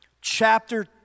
chapter